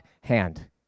hand